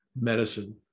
medicine